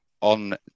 on